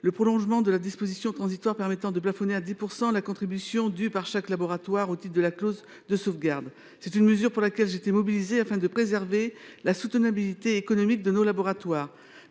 le prolongement de la disposition transitoire permettant de plafonner à 10 % la contribution due par chaque laboratoire au titre de la clause de sauvegarde. C’est une mesure pour laquelle ma collègue s’était mobilisée, afin de préserver la soutenabilité économique de nos laboratoires.